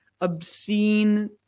obscene